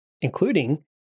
including